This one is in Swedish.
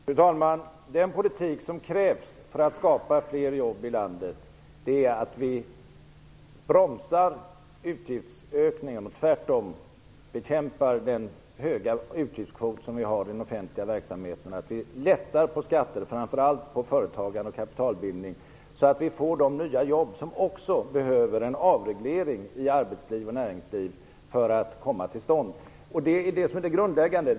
Fru talman! Den politik som krävs för att skapa fler jobb i landet är att vi bromsar utgiftsökningen, bekämpar den höga utgiftskvoten i den offentliga verksamheten och lättar på skatter, framför allt på företagande och kapital, så att vi får de nya jobb som också behöver en avreglering i arbetsliv och näringsliv för att komma till stånd. Det är det som är det grundläggande.